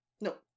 No